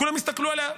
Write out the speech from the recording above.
כולם יסתכלו עליה.